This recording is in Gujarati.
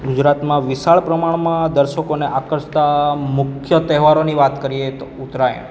ગુજરાતમાં વિશાળ પ્રમાણમાં દર્શકોને આકર્ષતા મુખ્ય તહેવારોની વાત કરીએ તો ઉત્તરાયણ